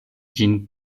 ĝin